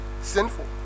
sinful